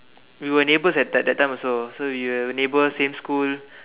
we were neighbours at that that time also so we were neighbours same school